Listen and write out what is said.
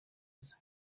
heza